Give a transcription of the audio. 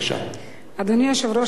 אדוני היושב-ראש,